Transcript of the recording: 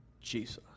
Jesus